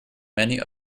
many